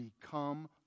become